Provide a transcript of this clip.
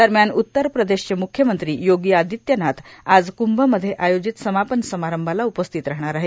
दरम्यान उत्तर प्रदेशचे म्रुख्यमंत्री योगी आदित्यनाथ आज कुंभमध्ये आयोजित समापन समारंभाला उपस्थित राहणार आहेत